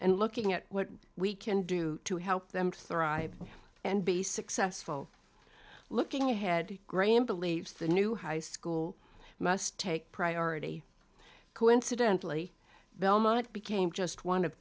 and looking at what we can do to help them thrive and be successful looking ahead graham believes the new high school must take priority coincidentally belmont became just one of